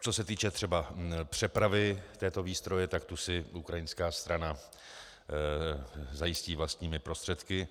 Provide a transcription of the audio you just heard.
Co se týče třeba přepravy této výstroje, tak tu si ukrajinská strana zajistí vlastními prostředky.